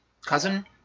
Cousin